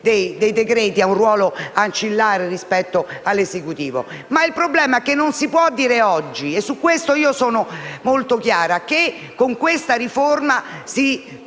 Il problema però è che non si può dire oggi - e su questo sono molto chiara - che con questa riforma si torna